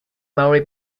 maori